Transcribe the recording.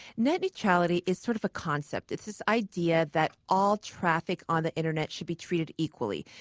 net neutrality is sort of a concept. it's this idea that all traffic on the internet should be treated equally.